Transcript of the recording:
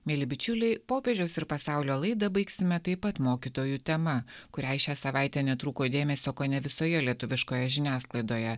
mieli bičiuliai popiežiaus ir pasaulio laidą baigsime taip pat mokytojų tema kuriai šią savaitę netrūko dėmesio kone visoje lietuviškoje žiniasklaidoje